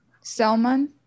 Selman